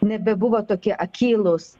nebebuvo tokie akylūs